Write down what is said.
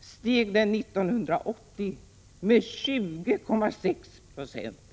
steg 1980 med 20,6 926.